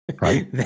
Right